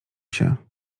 się